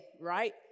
right